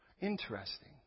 Interesting